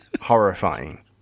horrifying